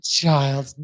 child